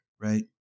right